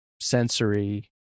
Sensory